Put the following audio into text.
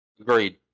agreed